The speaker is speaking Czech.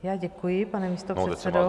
Já děkuji, pane místopředsedo.